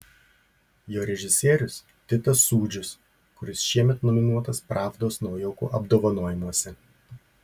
jo režisierius titas sūdžius kuris šiemet nominuotas pravdos naujokų apdovanojimuose